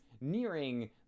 nearing